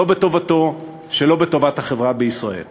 שלא בטובתו שלא בטובת החברה בישראל.